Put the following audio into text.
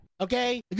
Okay